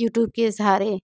YouTube के सहारे